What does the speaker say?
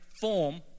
form